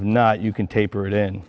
not you can taper it in